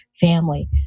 family